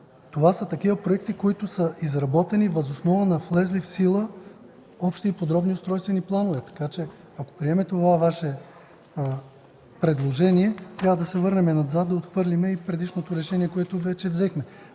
това са проекти, които са изработени въз основа на влезли в сила общи и подробни устройствени планове. Така че, ако приемем това Ваше предложение, трябва да се върнем назад, да отхвърлим и предишното решение, което вече взехме.